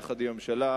יחד עם הממשלה,